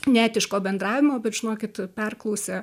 neetiško bendravimo bet žinokit perklausę